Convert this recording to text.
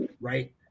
right